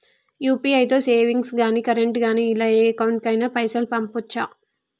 UPI తో savings గాని current గాని ఇలా ఏ అకౌంట్ కైనా పైసల్ పంపొచ్చా?